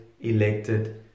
elected